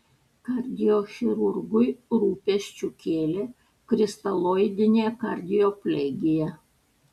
kardiochirurgui rūpesčių kėlė kristaloidinė kardioplegija